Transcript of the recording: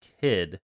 kid